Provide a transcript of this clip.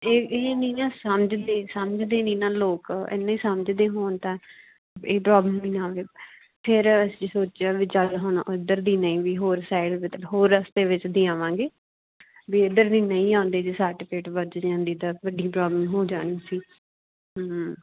ਇਹ ਇਹ ਨਹੀਂ ਨਾ ਸਮਝਦੇ ਸਮਝਦੇ ਨਹੀਂ ਨਾ ਲੋਕ ਇਹ ਨੇ ਸਮਝਦੇ ਹੋਣ ਤਾਂ ਇਹ ਪ੍ਰੋਬਲਮ ਹੀ ਨਾ ਆਵੇ ਫੇਰ ਅਸੀਂ ਸੋਚਿਆ ਵੀ ਚੱਲ ਹੁਣ ਉੱਧਰ ਦੀ ਨਹੀਂ ਵੀ ਹੋਰ ਸਾਈਡ ਵੀ ਤਾਂ ਹੋਰ ਰਸਤੇ ਵਿੱਚ ਦੀ ਆਵਾਂਗੇ ਵੀ ਇੱਧਰ ਦੀ ਨਹੀਂ ਆਉਂਦੇ ਜੇ ਸੱਟ ਫੇਟ ਵੱਜ ਜਾਂਦੀ ਤਾਂ ਵੱਡੀ ਪ੍ਰੋਬਲਮ ਹੋ ਜਾਣੀ ਸੀ ਹੂੰ